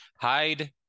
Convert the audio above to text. hide